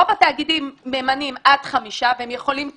רוב התאגידים ממנים עד חמישה והם יכולים תשעה,